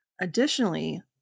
Additionally